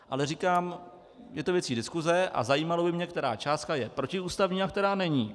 Ale říkám, je to věc diskuse a zajímalo by mě, která částka je protiústavní a která není.